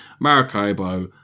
Maracaibo